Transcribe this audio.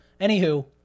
Anywho